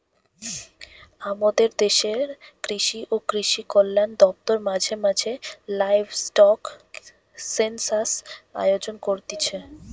আমদের দেশের কৃষি ও কৃষিকল্যান দপ্তর মাঝে মাঝে লাইভস্টক সেনসাস আয়োজন করতিছে